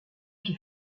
j’ai